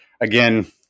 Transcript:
again